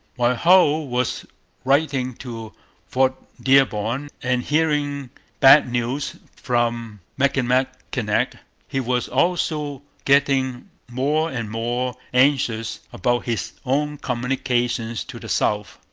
while hull was writing to fort dearborn and hearing bad news from michilimackinac, he was also getting more and more anxious about his own communications to the south.